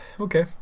Okay